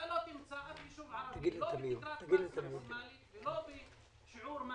אתה לא תמצא אף יישוב ערבי לא עם תקרת מס